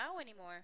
anymore